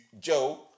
Joe